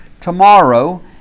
tomorrow